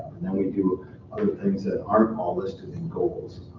and then we do other things that aren't all listed in goals,